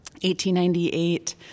1898